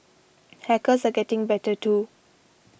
hackers are getting better too